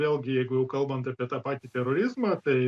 vėlgi jeigu jau kalbant apie tą patį terorizmą tai